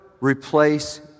replace